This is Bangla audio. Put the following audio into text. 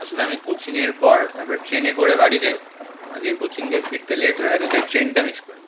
আসলে আমি কোচিংয়ের পর তারপর ট্রেনে করে বাড়ি যাই আজকে কোচিং দিয়ে ফিরতে লেট হয়ে গেছে তাই ট্রেনটা মিস করেছি